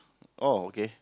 oh okay